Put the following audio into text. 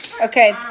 Okay